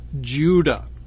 Judah